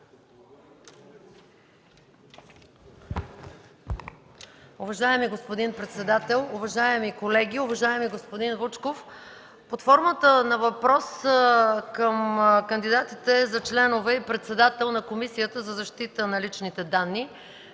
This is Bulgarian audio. Уважаеми господин председател, уважаеми колеги, уважаеми господин Вучков! Под формата на въпрос към кандидатите за членове и председател на Комисията за защита на личните данни